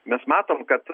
mes matom kad